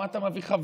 מה אתה מביא חבר?